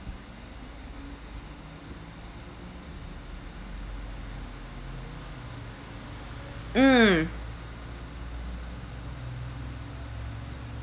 mm